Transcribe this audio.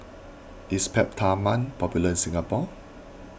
is Peptamen popular in Singapore